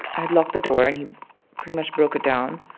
i had locked the door, and he pretty much broke it down.